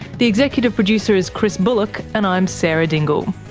the executive producer is chris bullock, and i'm sarah dingle.